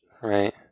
right